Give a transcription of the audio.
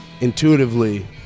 intuitively